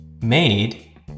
Made